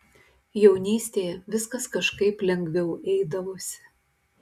jaunystėje viskas kažkaip lengviau eidavosi